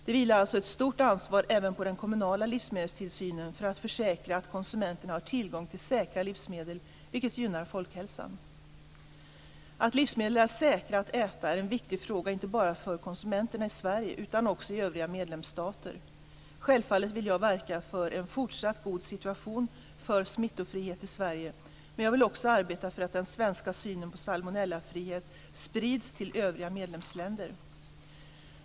Det vilar alltså ett stort ansvar även på den kommunala livsmedelstillsynen för att försäkra att konsumenterna har tillgång till säkra livsmedel, vilket gynnar folkhälsan. Att livsmedel är säkra att äta är en viktig fråga inte bara för konsumenterna i Sverige utan också i övriga medlemsstater. Självfallet vill jag verka för en fortsatt god situation för smittfrihet i Sverige, men jag vill också arbeta för att den svenska synen på salmonellafrihet sprids till övriga medlemsstater.